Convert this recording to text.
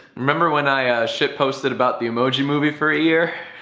remember when i-uh shitposted about the emoji movie for a year?